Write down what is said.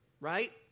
Right